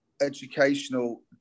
educational